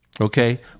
Okay